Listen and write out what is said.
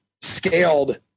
scaled